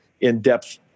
in-depth